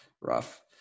rough